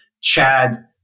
Chad